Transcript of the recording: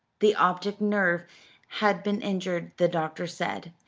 the optic nerve had been injured, the doctor said.